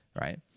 right